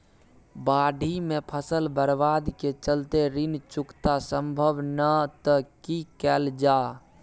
बाढि में फसल बर्बाद के चलते ऋण चुकता सम्भव नय त की कैल जा?